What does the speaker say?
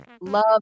love